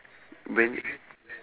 when